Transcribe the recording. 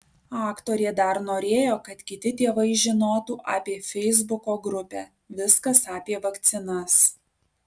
aktorė dar norėjo kad kiti tėvai žinotų apie feisbuko grupę viskas apie vakcinas